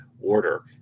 order